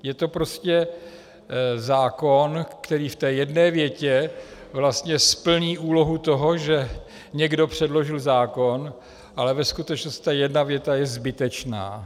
Je to prostě zákon, který v té jedné větě vlastně splní úlohu toho, že někdo předložil zákon, ale ve skutečnosti ta jedna věta je zbytečná.